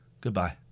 Goodbye